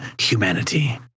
humanity